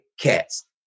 Cats